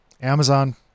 Amazon